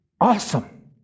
awesome